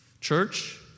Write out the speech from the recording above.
church